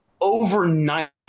overnight